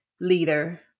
leader